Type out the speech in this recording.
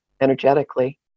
energetically